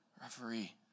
Referee